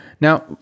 now